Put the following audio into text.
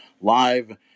live